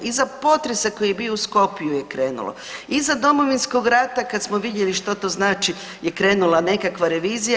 Iza potresa koji je bio u Skopju je krenulo, iza Domovinskog rata kad smo vidjeli šta to znači je krenula nekakva revizija.